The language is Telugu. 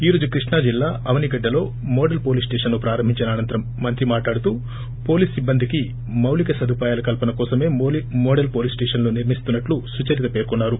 ఈ రోజు కృష్ణా జిల్లా ఆవనిగడ్లలో మోడలో పోలీస్ స్టేషన్ను ప్రారంభించిన అనంతరం మంత్రి మాట్లాడుతూ పోలీస్ సిబ్బందికి మౌలిక ్సదుపాయల కల్సన కోసమే మోడల్ పోలీస్ స్టేషన్లు నిర్మిస్తున్నట్లు సుచరిత పేర్కొన్నారు